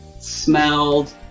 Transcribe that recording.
smelled